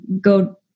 go